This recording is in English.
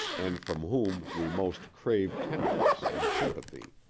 and from whom we most crave tenderness and sympathy.